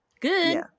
good